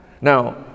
Now